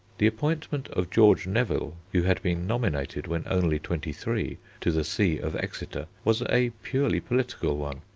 the appointment of george neville, who had been nominated when only twenty-three to the see of exeter, was a purely political one,